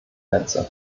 netze